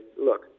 look